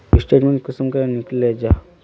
Statement कुंसम निकले जाहा?